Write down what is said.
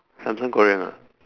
samsung korean ah